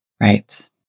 Right